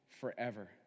forever